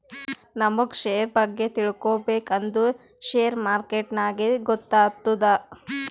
ನಮುಗ್ ಶೇರ್ ಬಗ್ಗೆ ತಿಳ್ಕೋಬೇಕ್ ಅಂದುರ್ ಶೇರ್ ಮಾರ್ಕೆಟ್ನಾಗೆ ಗೊತ್ತಾತ್ತುದ